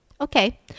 Okay